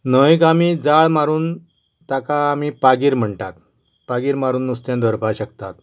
न्हंयेक आमी जाळ मारून ताका आमी पागेर म्हणटात पागेर मारून नुस्तें धरपाक शकतात